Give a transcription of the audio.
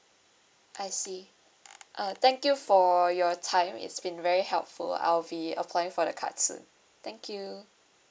I see uh thank you for your time it's been very helpful I'll be applying for the card soon thank you